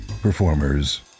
performers